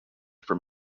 from